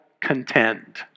contend